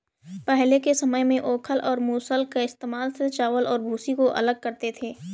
पहले के समय में ओखल और मूसल के इस्तेमाल से चावल और भूसी को अलग करते थे